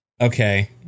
Okay